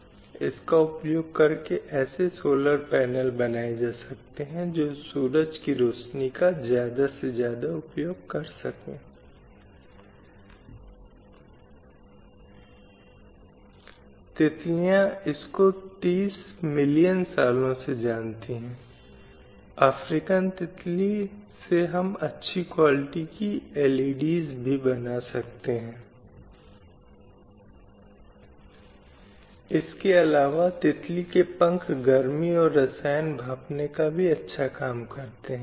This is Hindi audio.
स्लाइड समय संदर्भ 1827 और इसलिए विभिन्न मुद्दों पर जो सेक्स चयन और जन्म जल्दी विवाह उपेक्षा महिलाओं के प्रति दुर्व्यवहार पूर्वाग्रह और भेदभाव पूर्ण प्रथाएं शिक्षा के मामलों में स्वायत्तता की कमी स्वास्थ्य पोषण प्रजनन स्वास्थ्य विवाह रोजगार सभी क्षेत्रों में जो कोई पा सकता है वह लिंग भेदभाव का एक गंभीर मुद्दा है और वे लैंगिक असमानता के परिणाम में है जो समाज में मौजूद है